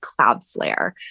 Cloudflare